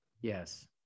Yes